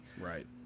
Right